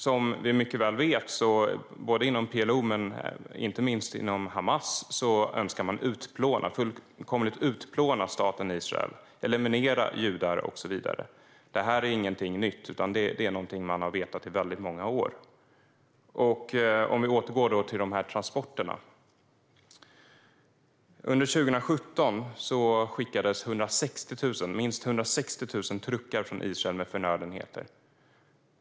Som vi mycket väl vet önskar man, både inom PLO och inte minst inom Hamas, fullkomligt utplåna staten Israel, eliminera judar och så vidare. Detta är ingenting nytt, utan det är någonting som man har vetat under väldigt många år. Jag ska återgå till transporterna. Under 2017 skickades minst 160 000 truckar från Israel med förnödenheter.